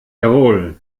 jawohl